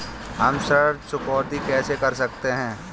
हम ऋण चुकौती कैसे कर सकते हैं?